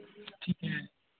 ठीक है